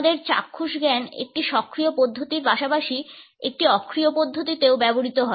আমাদের চাক্ষুষ জ্ঞান একটি সক্রিয় পদ্ধতির পাশাপাশি একটি অক্রিয় পদ্ধতিতেও ব্যবহৃত হয়